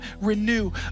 renew